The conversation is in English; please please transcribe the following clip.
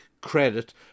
credit